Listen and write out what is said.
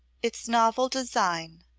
its novel design,